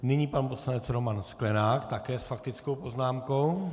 Nyní pan poslanec Roman Sklenák také s faktickou poznámkou.